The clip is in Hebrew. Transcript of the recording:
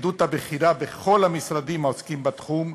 מהפקידות הבכירה בכל המשרדים העוסקים בתחום,